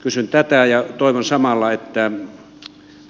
kysyn tätä ja toivon samalla että